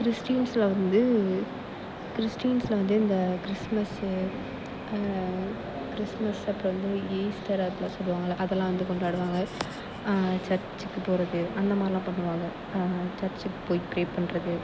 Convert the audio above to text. கிறிஸ்ட்டின்ஸில் வந்து கிறிஸ்ட்டின்ஸில் வந்து இந்த கிறிஸ்துமஸ்ஸு கிறிஸ்துமஸ் அப்புறம் வந்து ஈஸ்டர் அப்படிலாம் சொல்லுவாங்கள அதெல்லாம் வந்து கொண்டாடுவாங்க சர்ச்சுக்கு போகிறது அந்தமாதிதிரிலாம் பண்ணுவாங்க சர்ச்க்கு போய் ப்ரே பண்ணுறது